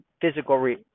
physical